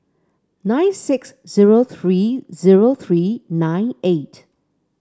nine six zero three zero three nine eight